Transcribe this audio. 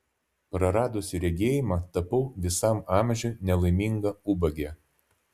praradusi regėjimą tapau visam amžiui nelaiminga ubagė